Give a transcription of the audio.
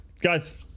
guys